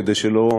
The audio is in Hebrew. כדי שלא,